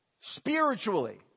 spiritually